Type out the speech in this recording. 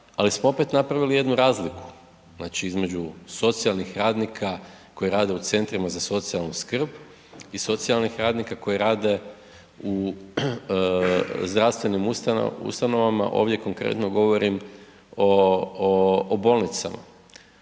ali smo opet napravili jednu razliku, znači između socijalnih radnika koji rade u centrima za socijalnu skrb i socijalnih radnika koji rade u zdravstvenim ustanovama, ovdje konkretno govorim o, o, o bolnicama,